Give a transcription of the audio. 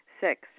Six